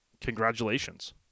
Congratulations